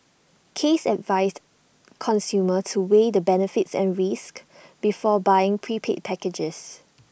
case advised consumers to weigh the benefits and risks before buying prepaid packages